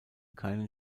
keinen